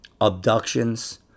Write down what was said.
abductions